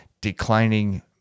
declining